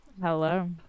Hello